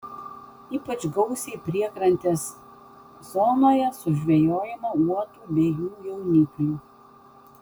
ypač gausiai priekrantės zonoje sužvejojama uotų bei jų jauniklių